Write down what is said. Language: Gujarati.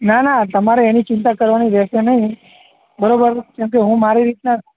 ના ના તમારે એની ચિંતા કરવાની રેહેશે નહીં બરાબર કેમકે હું મારી રીતના